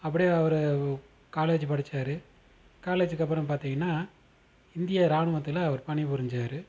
அப்படியே அவர் காலேஜு படிச்சார் காலேஜுக்கு அப்புறம் பார்த்தீங்கன்னா இந்திய ராணுவத்தில் அவர் பணி புரிஞ்சார்